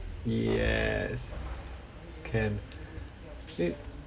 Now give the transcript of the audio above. yes can eh